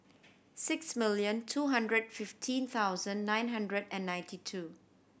six million two hundred fifteen thousand nine hundred and ninety two